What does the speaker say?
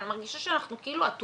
אבל אני מרגישה שאנחנו כאילו אטומים.